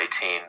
team